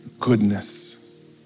goodness